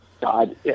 god